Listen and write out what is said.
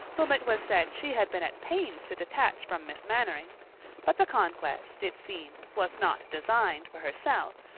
whom it was said she had been at pains to detach from miss mainwaring but the conquest, it seems, was not designed for herself,